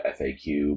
FAQ